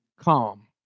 calm